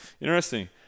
Interesting